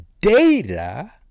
data